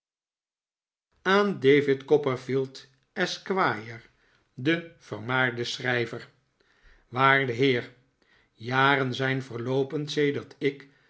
david copperfield esquire den vermaarden schrijver waarde heer jaren zijn verloopen sedert ik